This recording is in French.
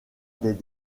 des